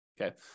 okay